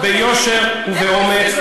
ביושר ובאומץ,